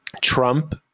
Trump